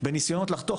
בניסיונות לחתוך,